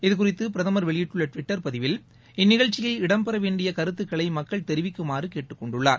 இது குறித்து பிரதமர் வெளியிட்டுள்ள டுவிட்டர் பதிவில் இந்நிகழ்ச்சியில் இடம்பெற வேண்டிய கருத்துக்களை மக்கள் தெரிவிக்குமாறு கேட்டுக்கொண்டுள்ளார்